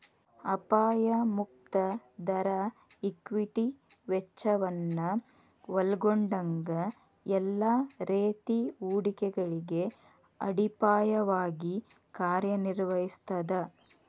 ಅಪಾಯ ಮುಕ್ತ ದರ ಈಕ್ವಿಟಿ ವೆಚ್ಚವನ್ನ ಒಲ್ಗೊಂಡಂಗ ಎಲ್ಲಾ ರೇತಿ ಹೂಡಿಕೆಗಳಿಗೆ ಅಡಿಪಾಯವಾಗಿ ಕಾರ್ಯನಿರ್ವಹಿಸ್ತದ